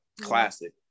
classic